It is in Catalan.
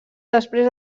després